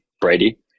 Brady